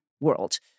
world